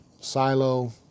silo